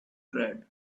tread